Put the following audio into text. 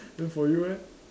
then for you eh